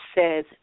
says